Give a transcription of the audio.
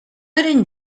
eren